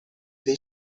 dei